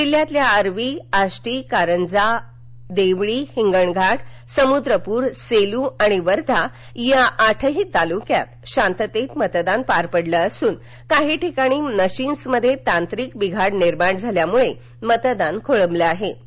जिल्ह्यातील आर्वी आष्टी कारंजा देवळी हिंगणघाट समुद्रपूर सेलू आणि वर्धा या आठही तालुक्यात शांततेत मतदान पार पडले असून काही ठिकाणी मशीनमध्ये तांत्रिक बिघाड निर्माण झाल्यानं मतदान खोळंबल होतं